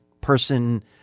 person